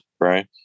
right